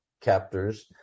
captors